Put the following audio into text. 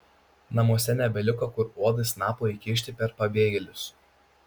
namuose nebeliko kur uodui snapo įkišti per pabėgėlius